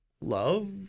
love